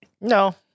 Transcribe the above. No